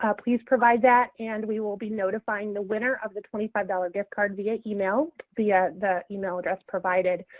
ah please provide that and we will be notifying the winner of the twenty five dollars gift card via email, via the email address provided.